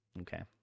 Okay